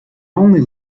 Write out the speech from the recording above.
only